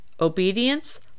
obedience